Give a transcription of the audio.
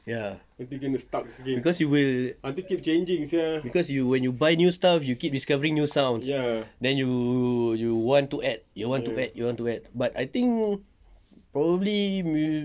ya cause you will cause when you buy new stuff you keep discovering new sounds then you you want to add you want to add but I think probably